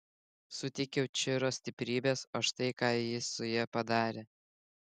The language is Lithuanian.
suteikiau čiro stiprybės o štai ką ji su ja padarė